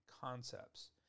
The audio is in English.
concepts